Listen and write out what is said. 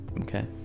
okay